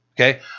Okay